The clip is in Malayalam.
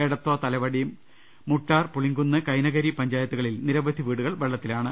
എടത്വ തലവടി മുട്ടാർ പുളിങ്കുന്ന് കൈനകരി എന്നീ പഞ്ചായത്തുകളിൽ നിരവധി വീടുകൾ വെളള ത്തിലാണ്